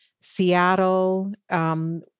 Seattle